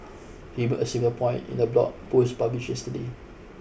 he made a similar point in a blog post published yesterday